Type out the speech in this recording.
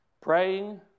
Praying